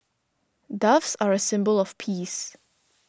doves are a symbol of peace